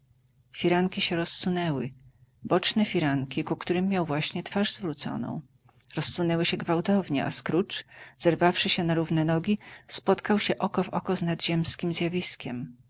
firanki się rozsunęły boczne firanki ku którym miał właśnie twarz zwróconą rozsunęły się gwałtownie a scrooge zerwawszy się na równe nogi spotkał się oko w oko z nadziemskiem zjawiskiem